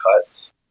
cuts